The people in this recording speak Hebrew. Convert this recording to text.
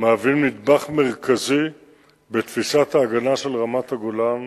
מהווים נדבך מרכזי בתפיסת ההגנה של רמת-הגולן